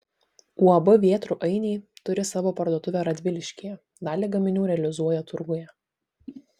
uab vėtrų ainiai turi savo parduotuvę radviliškyje dalį gaminių realizuoja turguje